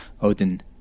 Odin